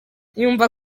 yumva